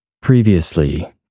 Previously